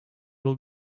will